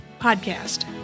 podcast